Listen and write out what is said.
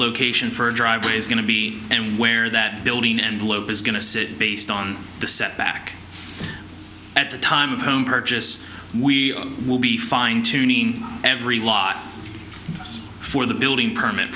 location for a driveway is going to be and where that building and globe is going to sit based on the setback at the time of home purchase we will be fine tuning every lot for the building permit